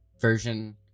version